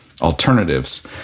alternatives